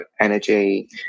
energy